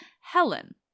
Helen